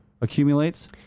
accumulates